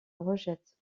rejette